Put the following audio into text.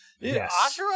Yes